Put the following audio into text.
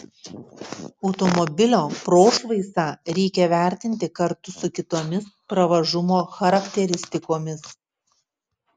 automobilio prošvaisą reikia vertinti kartu su kitomis pravažumo charakteristikomis